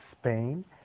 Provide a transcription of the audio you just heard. Spain